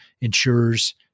ensures